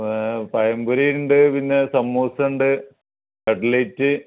പഴംപൊരി ഉണ്ട് പിന്നെ സമൂസ ഉണ്ട് കട്ട്ലേയ്റ്റ്